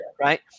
right